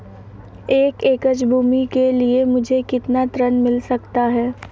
एक एकड़ भूमि के लिए मुझे कितना ऋण मिल सकता है?